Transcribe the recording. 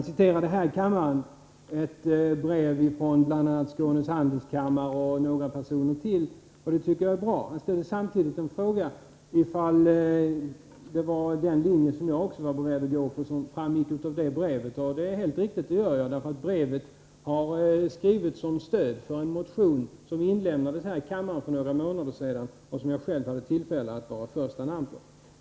Sigvard Persson citerade brev från Skånes handelskammare och från några andra personer, och det tycker jag var bra. Samtidigt frågade han, om även jag var beredd att följa den linje som angavsi brevet. Det är jag. Brevet har skrivits som stöd för en motion som inlämnades här i kammaren för några månader sedan och där jag själv står som första namn.